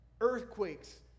Earthquakes